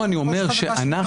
אני אומר שאנחנו,